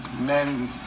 men